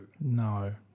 No